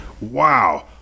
wow